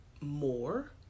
more